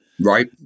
Right